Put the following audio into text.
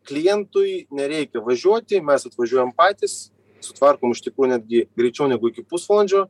klientui nereikia važiuoti mes atvažiuojam patys sutvarkom iš tikrųjų netgi greičiau negu iki pusvalandžio